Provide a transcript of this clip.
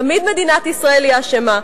תמיד מדינת ישראל היא האשמה.